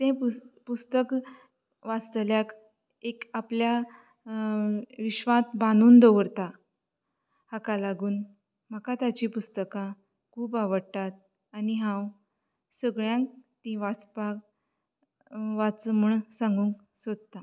तें पुस्तक वाचतल्याक एक आपल्या विश्वात बांदून दवरतात हाका लागून म्हाका ताचीं पुस्तकां खूब आवडटात आनी हांव सगळ्यांक तीं वाचपाक वाच म्हणून सांगूंक सोदता